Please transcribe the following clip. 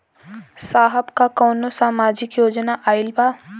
साहब का कौनो सामाजिक योजना आईल बा?